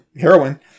heroin